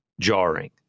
jarring